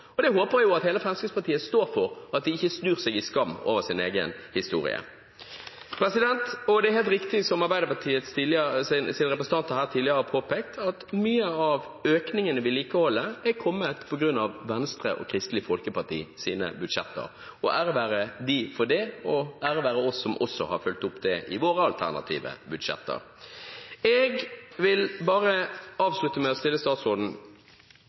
sa. Det håper jeg at hele Fremskrittspartiet står for, og at de ikke snur seg i skam over sin egen historie. Det er helt riktig som Arbeiderpartiets representanter tidligere har påpekt, at mye av økningen i vedlikeholdet er kommet på grunn av Venstre og Kristelig Folkepartis budsjetter, og ære være dem for det, og ære være oss også som har fulgt opp det i våre alternative budsjetter. Jeg vil bare avslutte med å stille statsråden